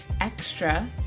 extra